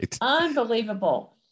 Unbelievable